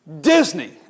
Disney